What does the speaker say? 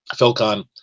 Philcon